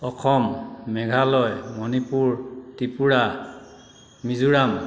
Assam Meghalaya Manipur Tripura Mizoram